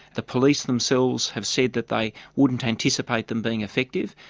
the police themselves have said that they wouldn't anticipate them being effective,